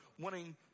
wanting